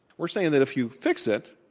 we're saying that if you fix it,